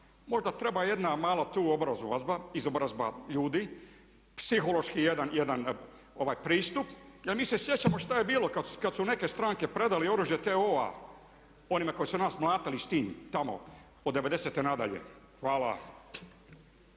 Možda treba jedna malo tu izobrazba ljudi, psihološki jedan pristup jer mi se sjećamo što je bilo kad su neke stranke predale oružje TO-a onima kojima su nas mlatili s tim tamo od '90. nadalje. Hvala.